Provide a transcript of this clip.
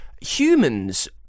humans